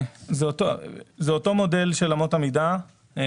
זה אותו מודל של אמות המידה,